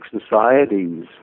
societies